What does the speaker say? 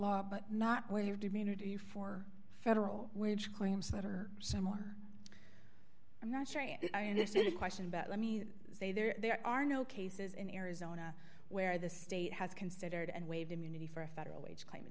law but not waived immunity for federal wage claims that are similar i'm not sure i understand the question but let me say there are no cases in arizona where the state has considered and waived immunity for a federal wage claim it